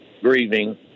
grieving